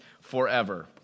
forever